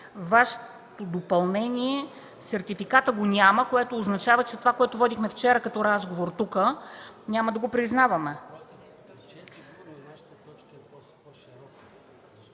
Ваше допълнение сертификата го няма, което означава, че това, което водихме вчера като разговор тук, няма да го признаваме.